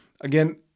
again